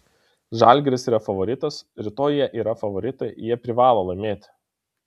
žalgiris yra favoritas rytoj jie yra favoritai jie privalo laimėti